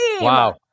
Wow